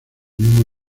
mismo